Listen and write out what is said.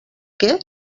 què